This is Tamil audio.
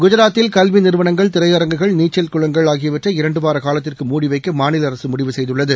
குஜராத்தில் கல்வி நிறுவனங்கள் திரையறங்குகள் நீச்சள் குளங்கள் ஆகியவற்றை இரண்டு வார காலத்திற்கு மூடிவைக்க மாநில அரசு மூடிவு செய்துள்ளது